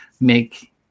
make